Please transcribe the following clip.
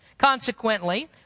Consequently